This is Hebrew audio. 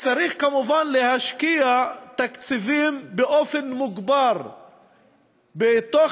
צריך כמובן להשקיע תקציבים באופן מוגבר בתוך